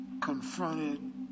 confronted